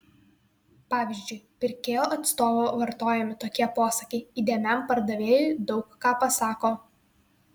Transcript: pavyzdžiui pirkėjo atstovo vartojami tokie posakiai įdėmiam pardavėjui daug ką pasako